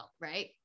right